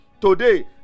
Today